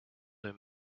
him